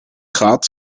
gaat